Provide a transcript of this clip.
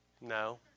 No